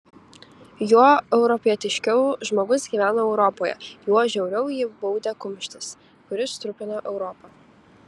juo europietiškiau žmogus gyveno europoje juo žiauriau jį baudė kumštis kuris trupino europą